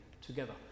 together